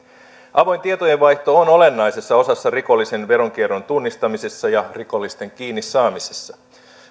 avoin tietojenvaihto on olennaisessa osassa rikollisen veronkierron tunnistamisessa ja rikollisten kiinnisaamisessa